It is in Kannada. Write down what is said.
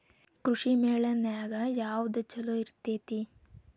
ಕೃಷಿಮೇಳ ನ್ಯಾಗ ಯಾವ್ದ ಛಲೋ ಇರ್ತೆತಿ?